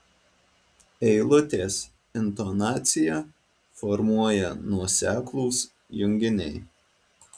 eilutės intonaciją formuoja nuoseklūs junginiai